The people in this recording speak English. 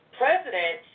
president